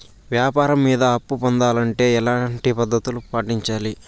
వ్యాపారం మీద అప్పు పొందాలంటే ఎట్లాంటి పద్ధతులు పాటించాలి?